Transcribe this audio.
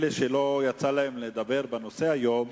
אלה שלא יצא להם לדבר בנושא היום,